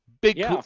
big